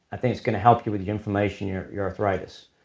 i think it's going to help you with the inflammation, your your arthritis.